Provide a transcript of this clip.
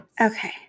Okay